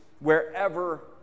Wherever